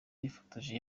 yifotoje